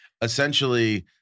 essentially